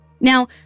Now